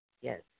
Yes